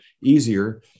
easier